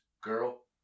girl